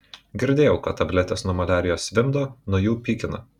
girdėjau kad tabletės nuo maliarijos vimdo nuo jų pykina